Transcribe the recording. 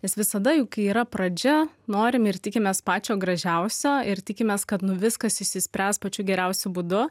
nes visada juk kai yra pradžia norim ir tikimės pačio gražiausio ir tikimės kad nu viskas išsispręs pačiu geriausiu būdu